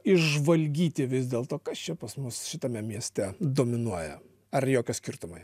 išžvalgyti vis dėlto kas čia pas mus šitame mieste dominuoja ar jokio skirtumo jiem